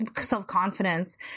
self-confidence